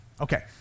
Okay